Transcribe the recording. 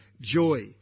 joy